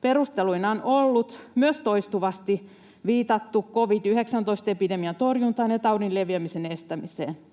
Perusteluina on myös toistuvasti viitattu covid-19-epidemian torjuntaan ja taudin leviämisen estämiseen.